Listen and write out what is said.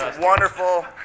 wonderful